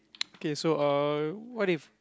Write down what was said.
okay so uh what if